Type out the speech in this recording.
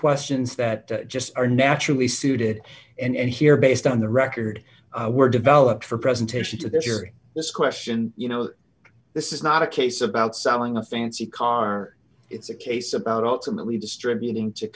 questions that just are naturally suited and here based on the record were developed for presentation to the jury this question you know this is not a case about selling a fancy car it's a case about ultimately distributing